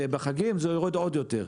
ובחגים זה גם יורד עוד יותר,